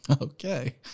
Okay